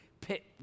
pit